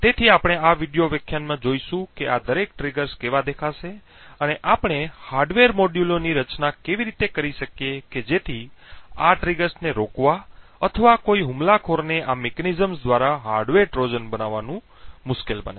તેથી આપણે આ વિડિઓ વ્યાખ્યાનમાં જોશું કે આ દરેક ટ્રિગર્સ કેવા દેખાશે અને આપણે હાર્ડવેર મોડ્યુલોની રચના કેવી રીતે કરી શકીએ કે જેથી આ ટ્રિગર્સને રોકવા અથવા કોઈ હુમલાખોરને આ મિકેનિઝમ્સ દ્વારા હાર્ડવેર ટ્રોજન બનાવવાનું મુશ્કેલ બને